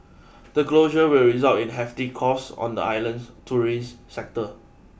the closure will result in hefty costs on the island's tourism sector